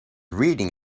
reading